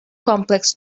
complex